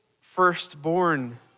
firstborn